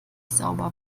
sauber